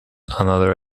another